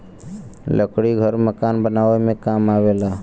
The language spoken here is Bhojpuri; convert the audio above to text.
लकड़ी घर मकान बनावे में काम आवेला